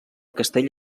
castell